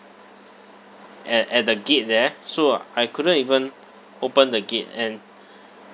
at at the gate there so I couldn't even open the gate and